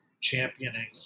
championing